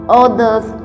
others